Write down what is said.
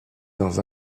dans